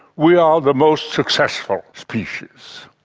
we are the most successful species.